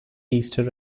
easter